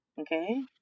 Okay